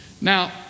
Now